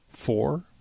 Four